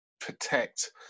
protect